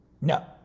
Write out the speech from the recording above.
no